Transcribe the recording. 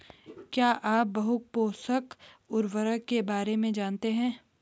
क्या आप बहुपोषक उर्वरक के बारे में जानते हैं?